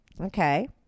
Okay